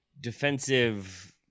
defensive